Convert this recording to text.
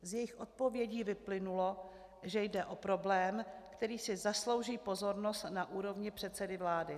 Z jejich odpovědí vyplynulo, že jde o problém, který si zaslouží pozornost na úrovni předsedy vlády.